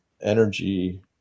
energy